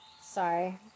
Sorry